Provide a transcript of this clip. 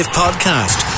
podcast